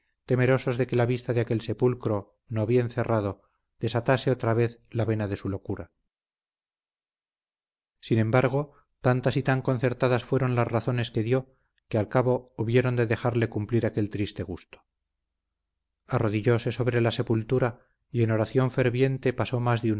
temerosos de que la vista de aquel sepulcro no bien cerrado desatase otra vez la vena de su locura sin embargo tantas y tan concertadas fueron las razones que dio que al cabo hubieron de dejarle cumplir aquel triste gusto arrodillóse sobre la sepultura y en oración ferviente pasó más